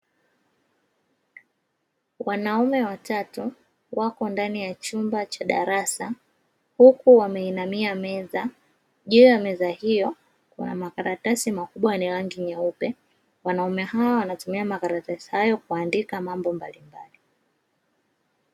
Wanaume watatu wapo ndani ya chumba cha darasa huku wameinamia meza, juu ya meza hiyo kuna makaratasi makubwa yenye rangi nyeupe, wanaume hawa wanatumia makaratasi haya kuandika mambo mbalimbali.